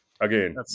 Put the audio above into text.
again